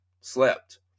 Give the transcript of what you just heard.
slept